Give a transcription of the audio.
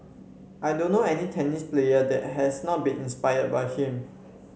I don't know any tennis player that has not been inspired by him